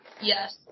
Yes